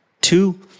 two